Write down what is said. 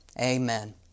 Amen